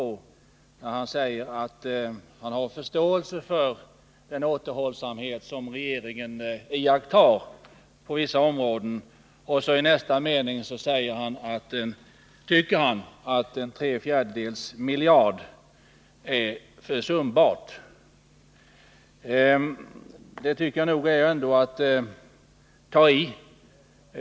Hans Gustafsson säger att han har förståelse för den återhållsamhet som regeringen iakttar på vissa områden. I nästa mening tycker han att 750 milj.kr. är ett försumbart belopp. Det anser jag nog ändå vara att ta i.